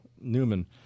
Newman